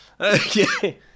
Okay